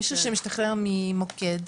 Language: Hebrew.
מישהו שמשתחרר ממוקד,